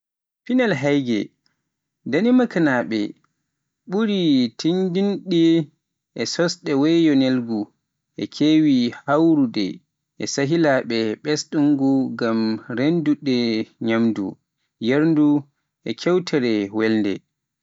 Pinal Hygge. Danemarknaaɓe ɓuri teeŋtinde ko sosde weeyo welngo, e keewi hawrude e sehilaaɓe e ɓesngu ngam renndude ñaamdu, yardu, e yeewtere welnde.